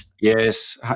Yes